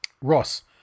Ross